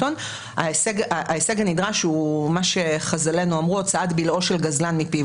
הון הוא מה שחז"ל אמרו הוצאת בלעו של גזלן מפיו.